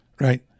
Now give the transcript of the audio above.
Right